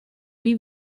wie